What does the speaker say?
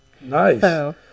Nice